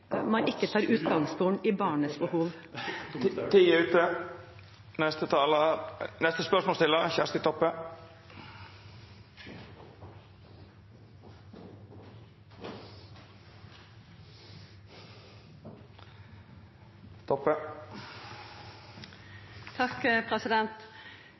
man ikke tar utgangspunkt i barnets behov.